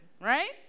right